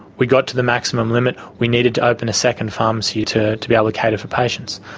we got to the maximum limit we needed to open a second pharmacy to to be able to cater for patients.